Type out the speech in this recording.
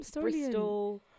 Bristol